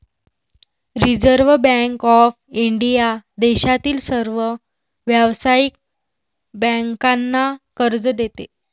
reserve bank of India देशातील सर्व व्यावसायिक बँकांना कर्ज देते